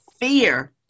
fear